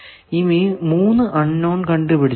ഈ 3 unknown കണ്ടു പിടിച്ചാൽ